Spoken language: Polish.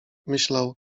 myślał